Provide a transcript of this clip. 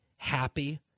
Happy